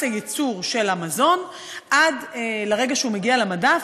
הייצור של המזון עד לרגע שהוא מגיע למדף,